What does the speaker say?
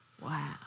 Wow